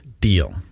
deal